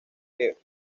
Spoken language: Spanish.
que